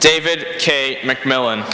david mcmillan